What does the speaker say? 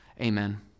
amen